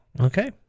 Okay